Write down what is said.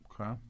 Okay